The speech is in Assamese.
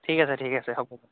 ঠিক আছে ঠিক আছে হ'ব